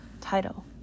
title